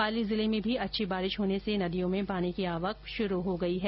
पाली जिले में भी अच्छी बारिश होने से नदियों में पानी की आवक शुरू हो गई है